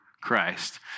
Christ